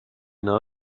know